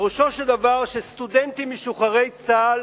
פירושו של דבר שסטודנטים משוחררי צה"ל